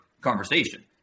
conversation